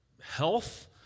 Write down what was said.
health